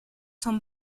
son